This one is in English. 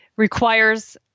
requires